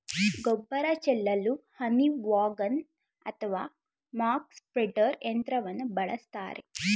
ಗೊಬ್ಬರ ಚೆಲ್ಲಲು honey wagon ಅಥವಾ ಮಕ್ ಸ್ಪ್ರೆಡ್ದರ್ ಯಂತ್ರವನ್ನು ಬಳಸ್ತರೆ